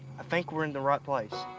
i think we're in the right place.